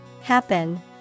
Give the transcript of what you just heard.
Happen